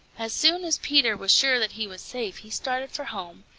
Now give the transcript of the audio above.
as soon as peter was sure that he was safe he started for home,